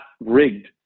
rigged